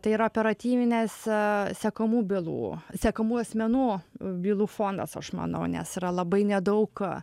tai yra operatyvinės sekamų bylų sekamų asmenų bylų fondas aš manau nes yra labai nedaug